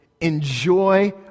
enjoy